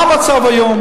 מה המצב היום?